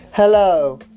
Hello